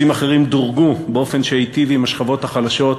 מסים אחרים דורגו באופן שהיטיב עם השכבות החלשות